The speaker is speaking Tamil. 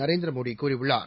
நரேந்திர மோடி கூறியுள்ளார்